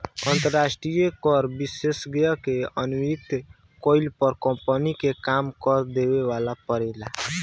अंतरास्ट्रीय कर विशेषज्ञ के नियुक्ति कईला पर कम्पनी के कम कर देवे के परेला